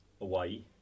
away